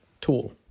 tool